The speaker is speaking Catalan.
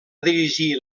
dirigir